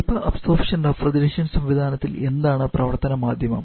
vapour absorption refrigeration സംവിധാനത്തിൽ എന്താണ് പ്രവർത്തന മാധ്യമം